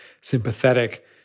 sympathetic